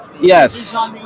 yes